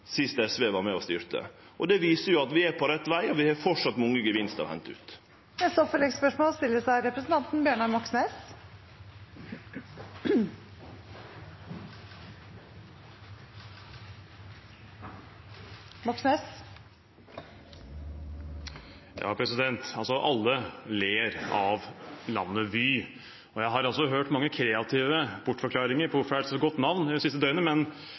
SV var med og styrte. Det viser at vi er på rett veg, og at vi framleis har mange gevinstar å hente ut. Bjørnar Moxnes – til oppfølgingsspørsmål. Alle ler av navnet Vy. Det siste døgnet har jeg hørt mange kreative bortforklaringer på hvorfor det er et så godt navn, men det jeg hørte i stad fra statsråden, at det